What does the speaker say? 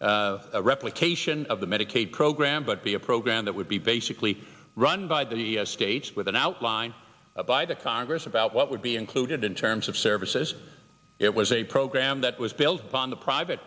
a replication of the medicaid program but be a program that would be basically run by the states with an outline by the congress about what would be included in terms of services it was a program that was built upon the private